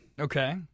Okay